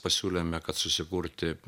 pasiūlėme kad susikurti